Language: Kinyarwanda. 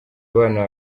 abana